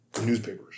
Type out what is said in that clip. newspapers